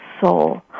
soul